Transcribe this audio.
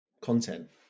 content